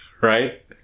Right